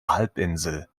halbinsel